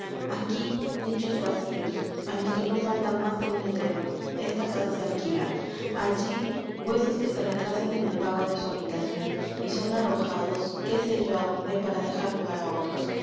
aquí nichos vacíos á los que no falta más que un letrero esta casa se alquila allí huesos que se retrasan en el pago de su habitación y son arrojados qué sé yo adónde para dejar lugar á otros